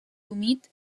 humit